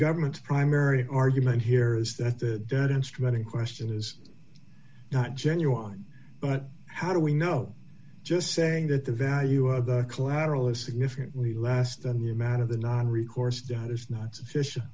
government's primary argument here is that the debt instrument in question is not genuine but how do we know just saying that the value of the collateral is significantly less than the amount of the non recourse doubt is not sufficient